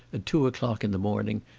at two o'clock in the morning,